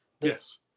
Yes